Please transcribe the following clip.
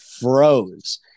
froze